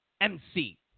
MC